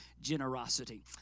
generosity